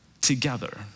together